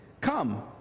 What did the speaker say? Come